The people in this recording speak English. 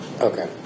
Okay